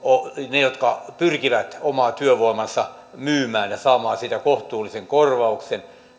jotka pyrkivät oman työvoimansa myymään ja saamaan siitä kohtuullisen korvauksen